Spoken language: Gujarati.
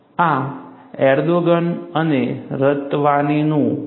આ એર્દોગન અને રતવાણીનું છે